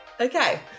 Okay